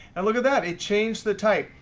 and look at that. it changed the type.